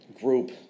group